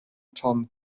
tom